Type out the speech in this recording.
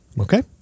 Okay